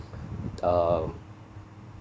uh